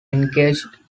engaged